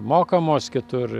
mokamos kitur